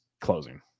closing